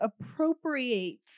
appropriate